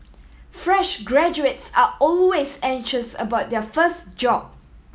fresh graduates are always anxious about their first job